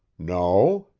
no.